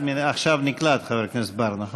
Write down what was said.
עכשיו נקלט, חבר הכנסת בר, נכון?